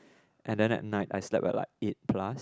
and then at night I slept at like eight plus